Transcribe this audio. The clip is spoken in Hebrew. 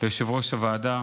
ליושב-ראש הועדה